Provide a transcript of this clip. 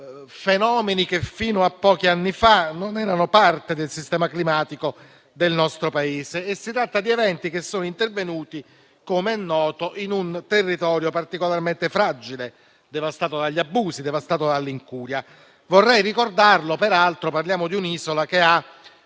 fenomeni che fino a pochi anni fa non erano parte del sistema climatico del nostro Paese. Si tratta di eventi che sono intervenuti - com'è noto - in un territorio particolarmente fragile, devastato dagli abusi e dall'incuria. Vorrei ricordarlo: peraltro parliamo di un'isola che ha